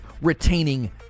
retaining